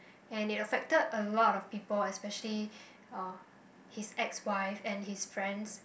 and it affected a lot of people especially uh his ex wife and his friends